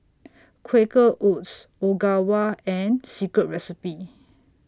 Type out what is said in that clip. Quaker Oats Ogawa and Secret Recipe